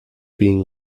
being